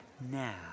Now